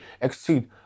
exceed